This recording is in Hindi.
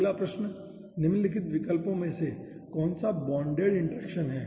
अगला प्रश्न निम्नलिखित विकल्पों में से कौन सा बोंडेड इंटरेक्शन है